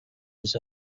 his